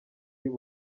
y’u